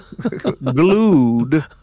glued